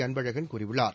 அன்பழகன் கூறியுள்ளார்